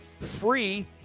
free